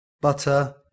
butter